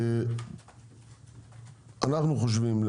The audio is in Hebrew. אנחנו חושבים,